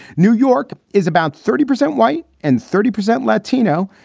new york is about thirty percent white and thirty percent latino.